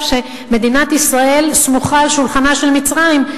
שמדינת ישראל סמוכה על שולחנה של מצרים.